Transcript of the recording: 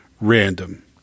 random